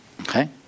Okay